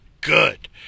good